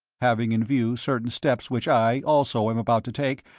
having in view certain steps which i, also, am about to take,